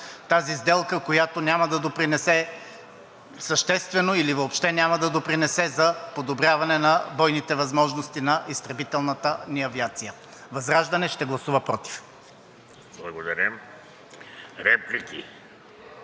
тази сделка, която няма да допринесе съществено или въобще няма да допринесе за подобряване на бойните възможности на изтребителната ни авиация. ВЪЗРАЖДАНЕ ще гласува против. ПРЕДСЕДАТЕЛ ВЕЖДИ